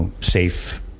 safe